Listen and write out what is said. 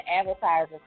advertisers